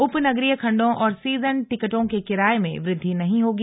उप नगरीय खंडों और सीजन टिकटों के किराए में वृद्धि नहीं होगी